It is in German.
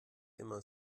immer